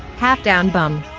half-down bun.